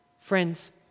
Friends